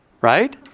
right